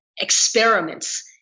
experiments